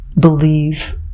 believe